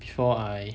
before I